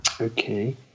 Okay